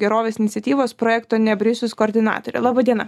gerovės iniciatyvos projekto ne brisius koordinatore laba diena